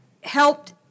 helped